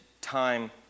time